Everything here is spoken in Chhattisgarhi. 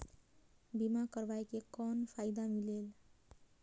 बीमा करवाय के कौन फाइदा मिलेल?